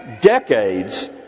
decades